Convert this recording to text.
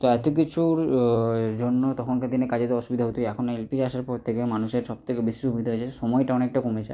তা এত কিছুর জন্য তখনকার দিনে কাজে তো অসুবিধা হতোই এখন এলপিজি আসার পর থেকে মানুষের সবথেকে বেশি সুবিধা হয়েছে সময়টা অনেকটা কমেছে